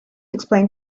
explain